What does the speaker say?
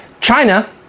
China